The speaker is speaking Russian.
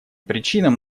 причинам